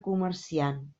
comerciant